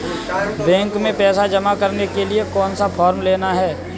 Bank में पैसा जमा करने के लिए कौन सा फॉर्म लेना है?